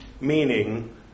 Meaning